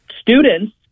students